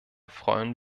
freuen